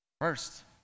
first